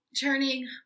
turning